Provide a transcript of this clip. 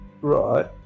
right